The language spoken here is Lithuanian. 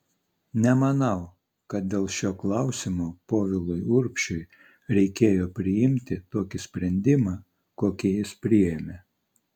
nemanau kad dėl šio klausimo povilui urbšiui reikėjo priimti tokį sprendimą kokį jis priėmė